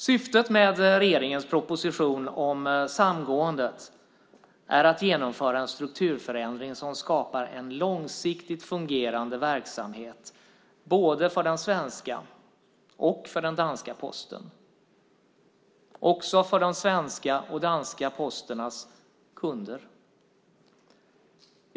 Syftet med regeringens proposition om samgåendet är att genomföra en strukturförändring som skapar en långsiktigt fungerande verksamhet både för den svenska och för den danska Posten, och för den svenska och den danska Postens kunder.